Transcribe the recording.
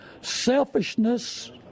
selfishness